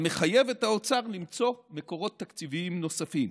המחייב את האוצר למצוא מקורות תקציביים נוספים.